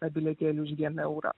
tą bilietėlį už vieną eurą